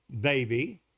baby